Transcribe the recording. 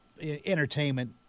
entertainment